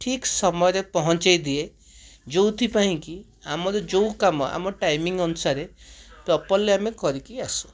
ଠିକ୍ ସମୟରେ ପହଞ୍ଚାଇଦିଏ ଯେଉଁଥିପାଇଁକି ଆମର ଯେଉଁକାମ ଆମ ଟାଇମିଂ ଅନୁସାରେ ପ୍ରପରଲି ଆମେ କରିକି ଆସୁ